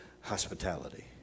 hospitality